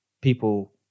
people